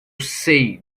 sei